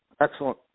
excellent